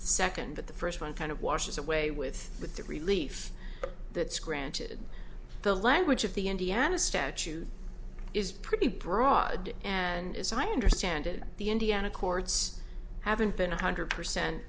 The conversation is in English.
second but the first one kind of washes away with with the relief that's granted the language of the indiana statute is pretty broad and as i understand it the indiana courts haven't been one hundred percent